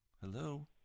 Hello